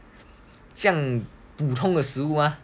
这样普通的食物 mah